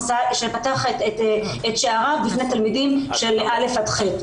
שפתח את שעריו בפני תלמידים שהם מ-א' עד ח'.